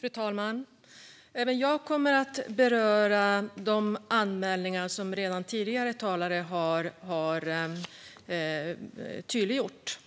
Fru talman! Även jag kommer att beröra de anmälningar som tidigare talare redan har tydliggjort.